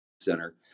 Center